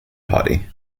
party